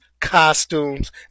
costumes